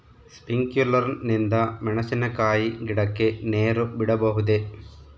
Sprinkler ನಿಂದ ಮೆಣಸಿನಕಾಯಿ ಗಿಡಕ್ಕೆ ನೇರು ಬಿಡಬಹುದೆ?